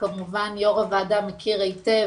שכמובן יו"ר הוועדה מכיר היטב,